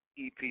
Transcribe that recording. EP